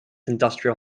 industrial